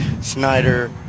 Snyder